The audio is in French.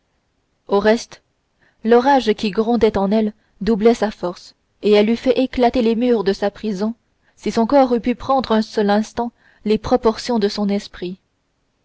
au reste l'orage qui grondait en elle doublait sa force et elle eût fait éclater les murs de sa prison si son corps eût pu prendre un seul instant les proportions de son esprit